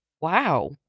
Wow